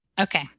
Okay